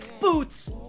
Boots